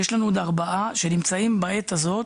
יש לנו עוד ארבעה שנמצאים בעת הזאת